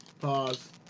Pause